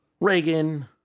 Reagan